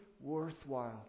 worthwhile